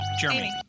Jeremy